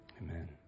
Amen